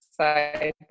side